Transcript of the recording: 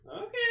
Okay